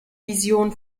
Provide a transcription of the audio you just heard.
vision